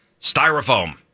styrofoam